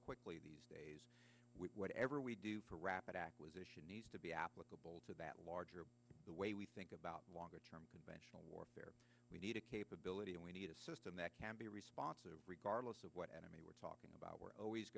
quickly these days whatever we do for rapid acquisition needs to be applicable to that larger the way we think about longer term conventional warfare we need a capability and we need a system that can be responsive regardless of what enemy we're talking about we're always